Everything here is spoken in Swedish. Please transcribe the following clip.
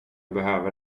behöver